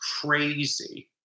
crazy